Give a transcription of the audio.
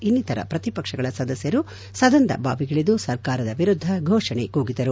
ಇನ್ನಿತರ ಪ್ರತಿಪಕ್ಷಗಳ ಸದಸ್ಯರು ಸದನದ ಬಾವಿಗಿಳಿದು ಸರ್ಕಾರದ ವಿರುದ್ದ ಘೋಷಣೆ ಕೂಗಿದರು